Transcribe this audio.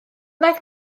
ddaeth